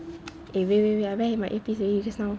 eh wait wait wait I wearing my ear piece just now